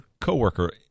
coworker